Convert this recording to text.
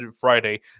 Friday